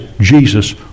Jesus